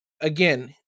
Again